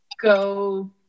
go